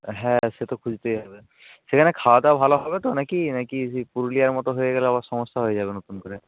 হ্যাঁ সে তো খুঁজতেই হবে সেখানে খাওয়া দাওয়া ভালো হবে তো নাকি নাকি সেই পুরুলিয়ার মতো হয়ে গেলে আবার সমস্যা হয়ে যাবে নতুন করে